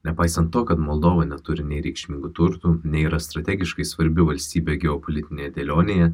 nepaisant to kad moldova neturi nei reikšmingų turtų nėra strategiškai svarbi valstybė geopolitinėje dėlionėje